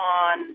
on